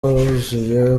wuzuye